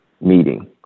meeting